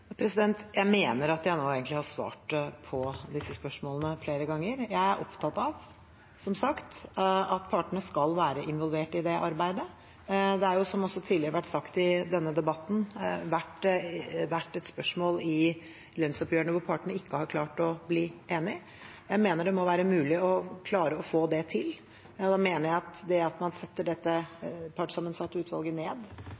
Jeg mener at jeg nå egentlig har svart på disse spørsmålene flere ganger. Jeg er som sagt opptatt av at partene skal være involvert i det arbeidet. Det har, som det tidligere har vært sagt i denne debatten, vært et spørsmål i lønnsoppgjørene der partene ikke har klart å bli enige. Jeg mener det må være mulig å klare å få det til. Da mener jeg at det at man fra regjeringens side setter ned dette